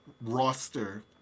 roster